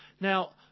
Now